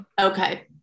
okay